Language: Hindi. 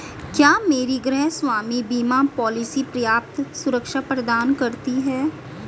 क्या मेरी गृहस्वामी बीमा पॉलिसी पर्याप्त सुरक्षा प्रदान करती है?